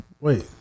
Wait